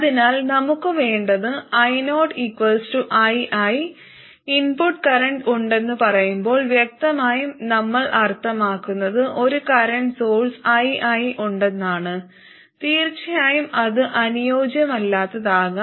അതിനാൽ നമുക്ക് വേണ്ടത് ioii ഇൻപുട്ട് കറന്റ് ഉണ്ടെന്ന് പറയുമ്പോൾ വ്യക്തമായും നമ്മൾ അർത്ഥമാക്കുന്നത് ഒരു കറന്റ് സോഴ്സ് ii ഉണ്ടെന്നാണ് തീർച്ചയായും അത് അനുയോജ്യമല്ലാത്തതാകാം